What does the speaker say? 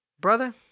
brother